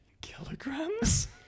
kilograms